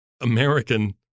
American